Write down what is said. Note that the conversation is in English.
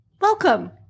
welcome